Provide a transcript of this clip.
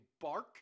Bark